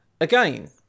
again